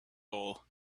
hole